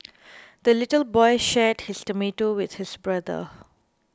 the little boy shared his tomato with his brother